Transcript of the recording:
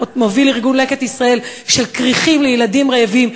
ארגון "לקט ישראל" של כריכים לילדים רעבים,